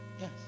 Yes